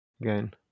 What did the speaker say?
again